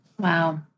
Wow